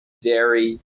dairy